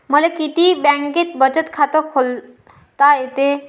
मले किती बँकेत बचत खात खोलता येते?